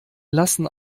lassen